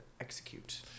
execute